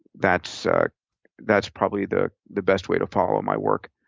that's ah that's probably the the best way to follow my work.